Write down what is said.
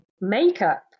makeup